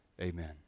Amen